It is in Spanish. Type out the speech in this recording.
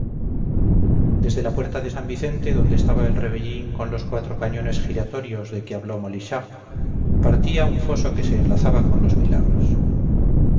desde la puerta de san vicente donde estaba el rebellín con los cuatro cañones giratorios de que habló molichard partía un foso que se enlazaba con los milagros